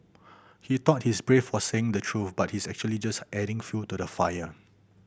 he thought he's brave for saying the truth but he's actually just adding fuel to the fire